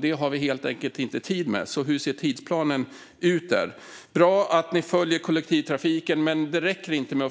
Det har vi helt enkelt inte tid med. Hur ser den tidsplanen ut? Det är bra att regeringen följer kollektivtrafiken. Men det räcker inte.